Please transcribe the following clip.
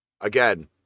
Again